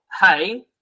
hey